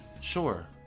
Sure